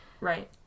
Right